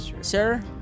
sir